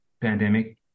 pandemic